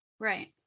Right